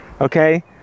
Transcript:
okay